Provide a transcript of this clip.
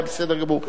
היה בסדר גמור,